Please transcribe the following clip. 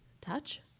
touch